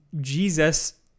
Jesus